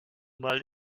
mal